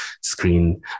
screen